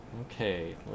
Okay